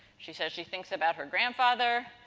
she says she thinks about her grandfather,